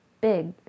big